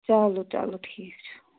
چلو چلو ٹھیٖک چھُ